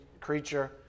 creature